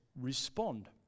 respond